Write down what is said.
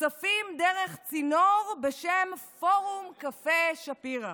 כספים דרך צינור בשם פורום קפה שפירא,